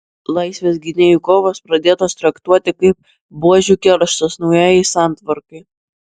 laisvės gynėjų kovos pradėtos traktuoti kaip buožių kerštas naujajai santvarkai